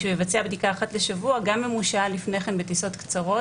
שיבצע בדיקה אחת לשבוע גם אם הוא שהה לפני כן בטיסות קצרות